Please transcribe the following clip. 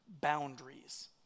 boundaries